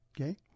Okay